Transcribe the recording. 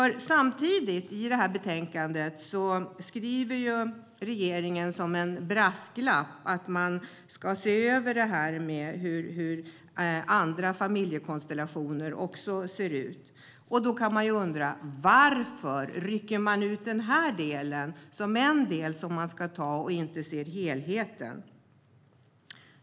Regeringen skriver samtidigt, som en brasklapp, att man ska se över hur andra familjekonstellationer ser ut. Varför rycker man då ut den här delen? Varför ser man inte helheten?